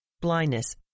blindness